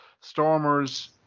Stormers